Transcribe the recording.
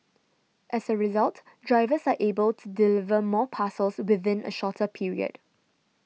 as a result drivers are able to deliver more parcels within a shorter period